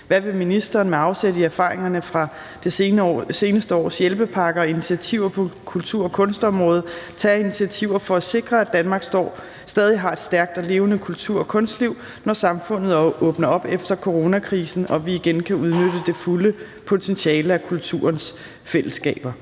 »Hvad vil ministeren – med afsæt i erfaringerne fra det seneste års hjælpepakker og initiativer på kultur- og kunstområdet – tage af initiativer for at sikre, at Danmark stadig har et stærkt og levende kultur- og kunstliv, når samfundet åbner efter coronakrisen og vi igen kan udnytte det fulde potentiale af kulturens fællesskaber?«